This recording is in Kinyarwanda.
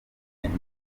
nibwo